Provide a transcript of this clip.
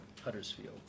Huddersfield